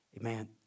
Amen